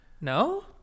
No